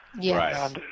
Yes